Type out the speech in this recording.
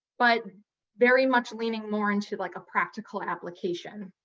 but very much leaning more into like ah practical application.